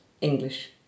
English